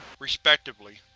respectively.